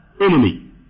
enemy